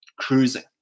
cruising